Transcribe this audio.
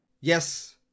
Yes